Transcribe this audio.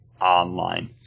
online